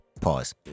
Pause